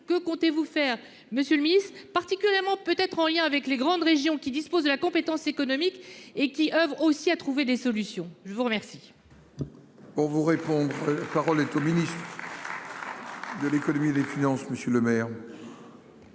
que comptez-vous faire Monsieur le Ministre, particulièrement peut être en lien avec les grandes régions qui disposent de la compétence économique et qui oeuvre aussi à trouver des solutions. Je vous remercie.-- Pour vous. Parole est au ministres. De l'économie et des finances monsieur Lemaire.--